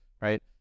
right